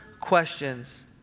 questions